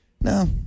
no